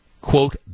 quote